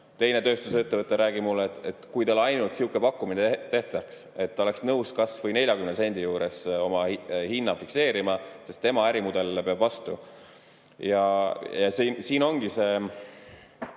Teine tööstusettevõtte [juht] räägib mulle, et kui talle vaid sihuke pakkumine tehtaks, ta oleks nõus kas või 40 sendi juures oma hinna fikseerima, sest tema ärimudel peab vastu. Ja olukord ongi väga